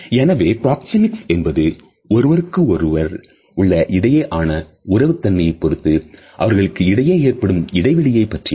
எனவே பிராக்சேமிக்ஸ் என்பது ஒருவருக்கொருவர் இடையேயான உறவு தன்மையை பொறுத்து அவர்களுக்கு இடையே ஏற்படுத்தும் இடைவெளியை பற்றியது